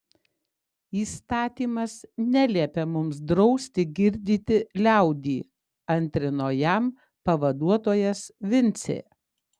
įstatymas neliepia mums drausti girdyti liaudį antrino jam pavaduotojas vincė